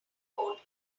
diamond